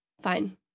fine